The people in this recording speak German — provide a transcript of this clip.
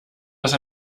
dass